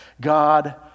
God